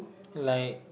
like